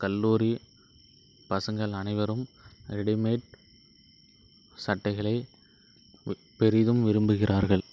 கல்லூரி பசங்கள் அனைவரும் ரெடிமேட் சட்டைகளை பெரிதும் விரும்புகிறார்கள்